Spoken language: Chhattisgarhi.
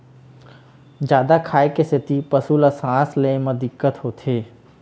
जादा खाए के सेती पशु ल सांस ले म दिक्कत होथे